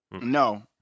No